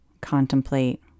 Contemplate